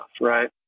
right